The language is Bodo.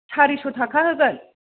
सारिस' थाखा होगोन